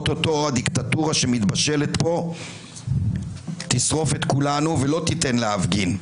או-טו-טו הדיקטטורה שמתבשלת פה תשרוף את כולנו ולא תיתן להפגין.